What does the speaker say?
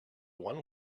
one